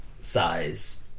size